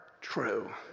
true